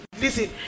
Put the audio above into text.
listen